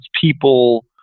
people